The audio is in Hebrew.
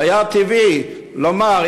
והיה טבעי לומר,